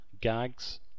gags